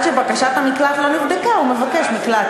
האם, עד שבקשת המקלט לא נבדקה הוא מבקש מקלט.